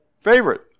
Favorite